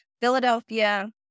Philadelphia